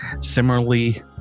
similarly